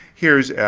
here's,